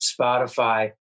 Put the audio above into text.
Spotify